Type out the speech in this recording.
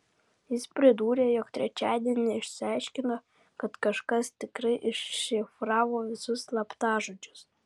jis pridūrė jog trečiadienį išsiaiškino kad kažkas tikrai iššifravo visus slaptažodžius